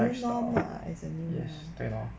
new norm lah is a new norm